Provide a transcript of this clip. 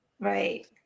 Right